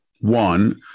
one